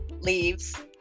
leaves